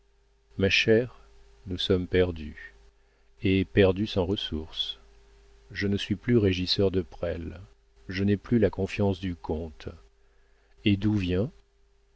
ma chère nous sommes perdus et perdus sans ressources je ne suis plus régisseur de presles je n'ai plus la confiance du comte et d'où vient